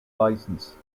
license